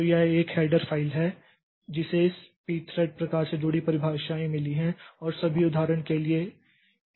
तो यह एक हेडर फ़ाइल है जिसे इस pthread प्रकार से जुड़ी परिभाषाएँ मिली हैं और सभी उदाहरण के लिए इस pthread t